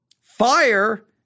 fire